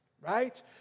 right